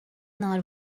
not